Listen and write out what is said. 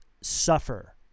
suffer